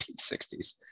1960s